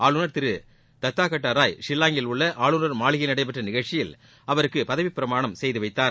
ஆளுநர் தட்காகெட்டா ராய் ஷில்லாங்கில் உள்ள ஆளுநர் மாளிகையில் நடைபெற்ற நிகழ்ச்சியில் அவருக்கு பதவிப்பிரமாணம் செய்து வைத்தார்